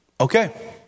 okay